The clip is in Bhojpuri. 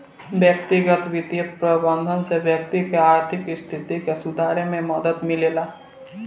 व्यक्तिगत बित्तीय प्रबंधन से व्यक्ति के आर्थिक स्थिति के सुधारे में मदद मिलेला